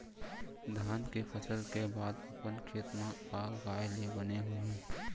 धान के फसल के बाद अपन खेत मा का उगाए ले बने होही?